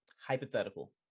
hypothetical